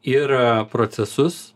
ir procesus